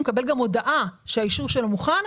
הוא מקבל גם הודעה שהאישור שלו מוכן.